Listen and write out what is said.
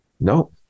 no